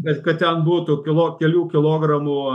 bet kad ten būtų kilo kelių kilogramų